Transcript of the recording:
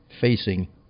facing